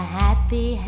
happy